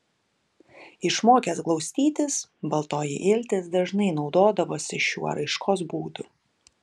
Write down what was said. išmokęs glaustytis baltoji iltis dažnai naudodavosi šiuo raiškos būdu